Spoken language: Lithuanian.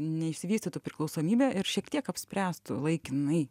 neišsivystytų priklausomybė ir šiek tiek apspręstų laikinai